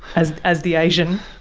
as as the asian.